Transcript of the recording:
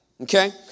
Okay